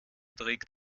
trägt